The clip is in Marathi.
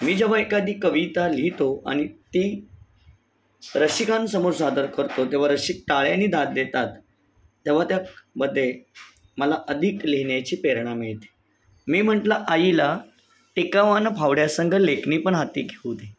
मी जेव्हा एखादी कविता लिहितो आणि ती रसिकांसमोर सादर करतो तेव्हा रसिक टाळ्यांनी दाद देतात तेव्हा त्यामध्ये मला अधिक लिहिण्याची प्रेरणा मिळते मी म्हटलं आईला टिकाव आणि फावड्यासंगे लेखणी पण हाती घेऊ दे